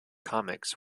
comics